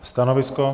Stanovisko?